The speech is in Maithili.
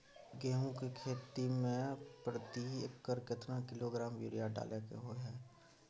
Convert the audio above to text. गेहूं के खेती में प्रति एकर केतना किलोग्राम यूरिया डालय के होय हय?